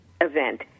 event